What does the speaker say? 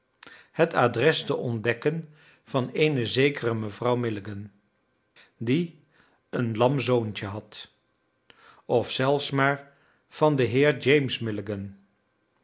het adres te ontdekken van eene zekere mevrouw milligan die een lam zoontje had of zelfs maar van den heer james